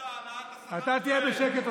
אתה, אתה תהיה בשקט.